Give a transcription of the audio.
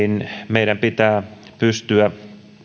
meidän pitää pystyä